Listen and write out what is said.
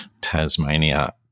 Tasmania